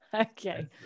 Okay